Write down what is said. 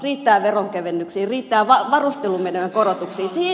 riittää veronkevennyksiin riittää varustelumenojen korotuksiin